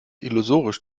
illusorisch